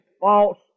false